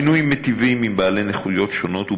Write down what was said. השינויים מיטיבים עם בעלי נכויות שונות,